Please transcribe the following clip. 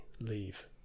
leave